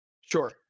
sure